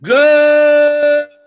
good